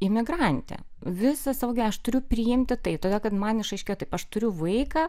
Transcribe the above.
imigrantė visą savo gyven aš turiu priimti tai todėl kad man išaiškėjo taip aš turiu vaiką